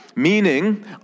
meaning